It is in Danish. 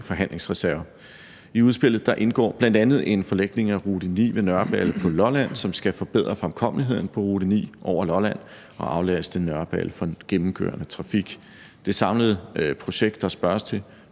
forhandlingsreserve. I udspillet indgår bl.a. en forlægning af rute 9 ved Nørreballe på Lolland, som skal forbedre fremkommeligheden på rute 9 over Lolland og aflaste Nørreballe for gennemkørende trafik. Det samlede projekt, der spørges til,